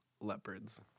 leopards